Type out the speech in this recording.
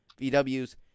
VWs